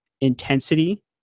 intensity